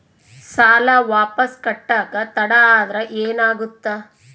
ಸಾಲ ವಾಪಸ್ ಕಟ್ಟಕ ತಡ ಆದ್ರ ಏನಾಗುತ್ತ?